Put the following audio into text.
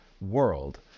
world